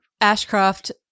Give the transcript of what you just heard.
Ashcroft